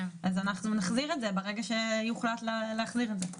אז נחזיר את זה ברגע שיוחלט להחזיר את זה.